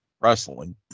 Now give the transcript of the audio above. wrestling